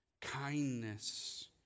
kindness